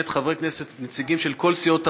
חברי כנסת נציגים של כל סיעות הבית,